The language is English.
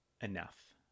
enough